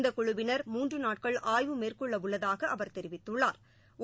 இந்தகுழுவினா் மூன்றுநாட்கள் ஆய்வு மேற்கொள்ளஉள்ளதாகஅவா் தெரிவித்துள்ளாா்